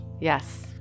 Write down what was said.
yes